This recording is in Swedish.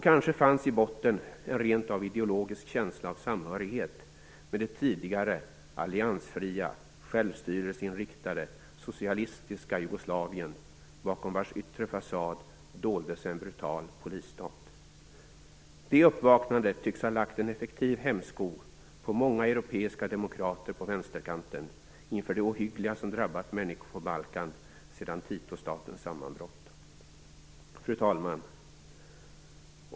Kanske fanns i botten en rent av ideologisk känsla av samhörighet med det tidigare alliansfria, självstyrelseinriktade, socialistiska Jugoslavien, bakom vars yttre fasad doldes en brutal polisstat. Det uppvaknandet tycks ha lagt en effektiv hämsko på många europeiska demokrater på vänsterkanten, inför det ohyggliga som drabbat människor på Balkan sedan Tito-statens sammanbrott. Fru talman!